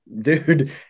dude